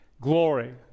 Glory